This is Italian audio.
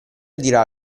dirà